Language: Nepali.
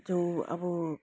त्यो अब